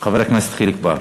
חבר הכנסת חיליק בר.